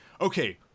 okay